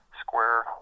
square